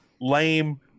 lame